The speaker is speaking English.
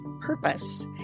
purpose